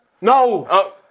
No